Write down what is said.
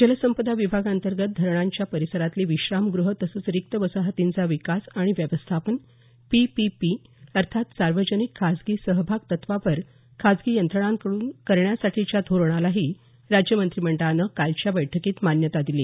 जलसंपदा विभागांतर्गत धरणांच्या परिसरातली विश्रामगृहं तसंच रिक्त वसाहतींचा विकास आणि व्यवस्थापन पीपीपी अर्थात सार्वजनिक खाजगी सहभाग तत्त्वावर खाजगी यंत्रणांकडून करण्यासाठीच्या धोरणालाही राज्यमंत्रिमंडळानं कालच्या बैठकीत मान्यता दिली